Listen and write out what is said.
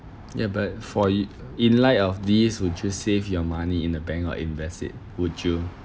ya but for y~ in light of these would you save your money in the bank or invest it would you